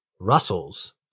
Russell's